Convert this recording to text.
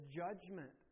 judgment